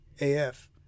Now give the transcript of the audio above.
af